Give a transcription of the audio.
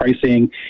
pricing